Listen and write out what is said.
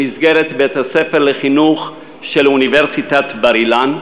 במסגרת בית-הספר לחינוך של אוניברסיטת בר-אילן,